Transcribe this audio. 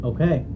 Okay